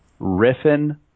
Riffin